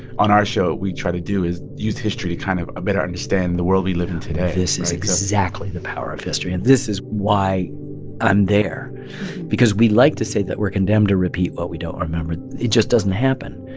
on our show, we try to do is use history to kind of better understand the world we live in today this is exactly the power of history. and this is why i'm there because we like to say that we're condemned to repeat what we don't remember. it just doesn't happen.